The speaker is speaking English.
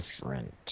different